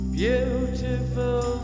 beautiful